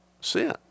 sin